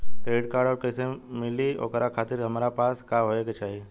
Credit card कैसे मिली और ओकरा खातिर हमरा पास का होए के चाहि?